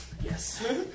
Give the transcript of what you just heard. Yes